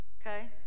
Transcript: Okay